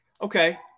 Okay